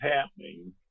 happening